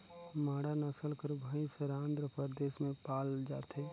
मांडा नसल कर भंइस हर आंध्र परदेस में पाल जाथे